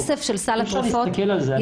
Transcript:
אי אפשר להסתכל על זה.